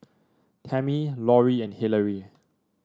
Tamie Laurie and Hilary